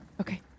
Okay